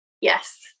Yes